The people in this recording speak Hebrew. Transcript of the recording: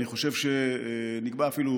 אני חושב שנקבע אפילו